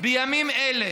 בימים אלה